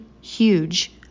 huge